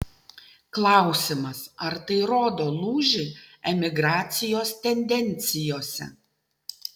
klausimas ar tai rodo lūžį emigracijos tendencijose